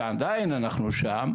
ועדיין אנחנו שם,